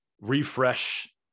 refresh